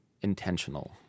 intentional